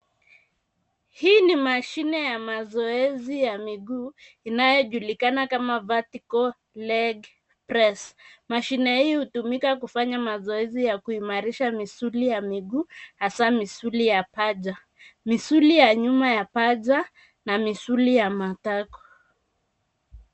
Hii ni mashine ya mazoezi ya miguu inayojulikana kama vertical leg press . Mashine hii hutumika kufanya mazoezi ya kuimarisha misuli ya miguu hasa misuli ya paja. Misuli ya nyuma ya paja na misuli ya matako.